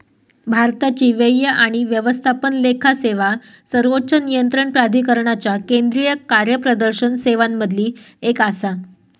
भारताची व्यय आणि व्यवस्थापन लेखा सेवा सर्वोच्च नियंत्रण प्राधिकरणाच्या केंद्रीय कार्यप्रदर्शन सेवांमधली एक आसा